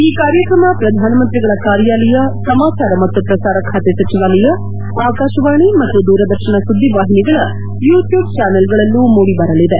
ಈ ಕಾರ್ಯಕ್ರಮ ಪ್ರಧಾನಮಂತ್ರಿಗಳ ಕಾರ್ಯಾಲಯ ಸಮಾಚಾರ ಮತ್ತು ಪ್ರಸಾರ ಖಾತೆ ಸಚಿವಾಲಯ ಆಕಾಶವಾಣಿ ಮತ್ತು ದೂರದರ್ಶನ ಸುದ್ದಿವಾಹಿನಿಗಳ ಯೂಟ್ಟೂಬ್ ಚಾನೆಲ್ಗಳಲ್ಲಿ ಮೂಡಿಬರಲಿದೆ